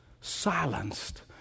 silenced